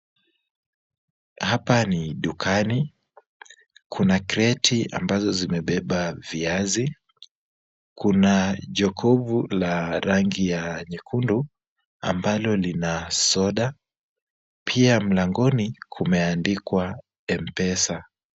Hapa ni dukani, kuna kreti ambazo zimebeba viazi, kuna jokovu la rangi ya nyekundu, ambalo lina soda, pia mlangoni kumeandikwa M-Pesa.